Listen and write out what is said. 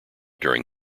during